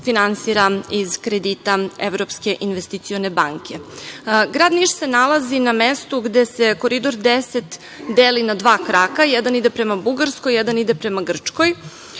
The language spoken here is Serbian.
iz kredita Evropske investicione banke. Grad Niš se nalazi na mestu gde se Koridor 10 deli na dva kraka - jedan ide prema Bugarskoj, jedan ide prema Grčkoj.